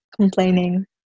complaining